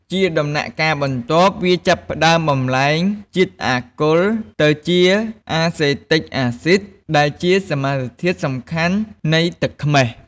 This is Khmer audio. ជាដំណាក់កាលបន្ទាប់វាចាប់ផ្តើមបំប្លែងជាតិអាល់កុលទៅជា អាសេទិក អាស៊ីត ដែលជាសមាសធាតុសំខាន់នៃទឹកខ្មេះ។